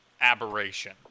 aberration